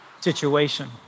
situation